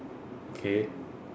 K